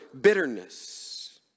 bitterness